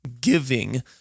giving